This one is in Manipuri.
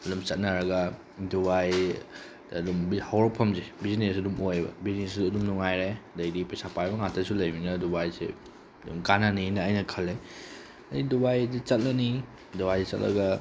ꯑꯗꯨꯝ ꯆꯠꯅꯔꯒ ꯗꯨꯕꯥꯏ ꯑꯗꯨꯝ ꯍꯧꯔꯛꯐꯝꯁꯦ ꯕꯤꯖꯤꯅꯦꯁꯁꯦ ꯑꯗꯨꯝ ꯑꯣꯏꯑꯕ ꯕꯤꯖꯤꯅꯦꯁꯁꯤꯁꯨ ꯑꯗꯨꯝ ꯅꯨꯡꯉꯥꯏꯔꯦ ꯑꯗꯒꯤꯗꯤ ꯄꯩꯁꯥ ꯄꯥꯏꯕ ꯉꯥꯛꯇꯁꯨ ꯂꯩꯕꯅꯤꯅ ꯗꯨꯕꯥꯏꯁꯦ ꯑꯗꯨꯝ ꯀꯥꯟꯅꯅꯤꯅ ꯑꯩꯅ ꯈꯜꯂꯦ ꯑꯩ ꯗꯨꯕꯥꯏꯗ ꯆꯠꯂꯅꯤ ꯗꯨꯕꯥꯏꯗ ꯆꯠꯂꯒ